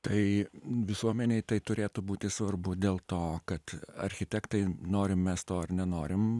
tai visuomenei tai turėtų būti svarbu dėl to kad architektai norim mes to ar nenorim